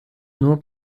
nur